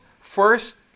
first